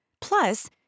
Plus